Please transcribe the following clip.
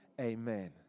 Amen